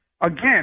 again